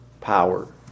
power